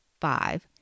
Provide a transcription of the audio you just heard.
five